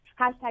Hashtag